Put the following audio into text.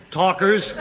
talkers